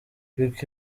rick